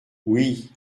oui